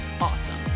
awesome